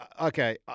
okay